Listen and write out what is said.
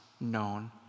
known